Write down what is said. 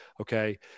okay